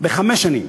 בחמש שנים.